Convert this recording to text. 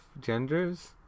genders